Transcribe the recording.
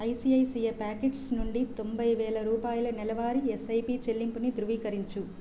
ICICI packets నుండి తొంభైవేల రూపాయల నెలవారీ ఎస్ఐపి చెల్లింపుని ధృవీకరించు